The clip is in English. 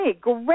Great